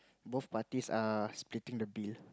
both parties are splitting the bill